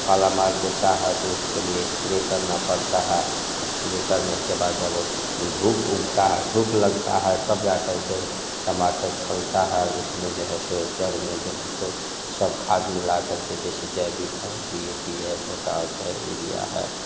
पाला मार देता है तो उसके लिए स्प्रे करना पड़ता है स्प्रे करने के बाद जब वह धूप उगता है धूप लगता है तब जा कर के टमाटर फलता है उसमें जो है जड़ में जो है सो सब खाद मिला कर के जैसे जैविक है डी ए पी है पोटाश है एरिया है